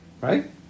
Right